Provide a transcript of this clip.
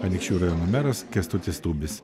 anykščių rajono meras kęstutis tubis